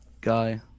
guy